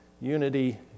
Unity